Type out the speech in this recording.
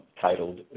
titled